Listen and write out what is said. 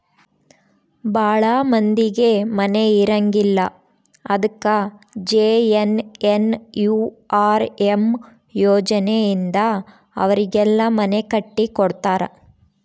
ಭಾಳ ಮಂದಿಗೆ ಮನೆ ಇರಂಗಿಲ್ಲ ಅದಕ ಜೆ.ಎನ್.ಎನ್.ಯು.ಆರ್.ಎಮ್ ಯೋಜನೆ ಇಂದ ಅವರಿಗೆಲ್ಲ ಮನೆ ಕಟ್ಟಿ ಕೊಡ್ತಾರ